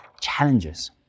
challenges